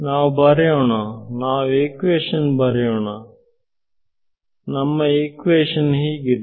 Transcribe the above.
ನಾವು ಬರೆಯೋಣ ನಾವು ಇಕ್ವೇಶನ್ ಬರೆಯೋಣ ನಮ್ಮ ಹೀಗಿದೆ